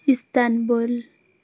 Istanbul